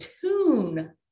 tune